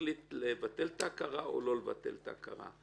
יחליט אם לבטל את ההכרה או לא לבטל את ההכרה.